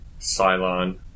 Cylon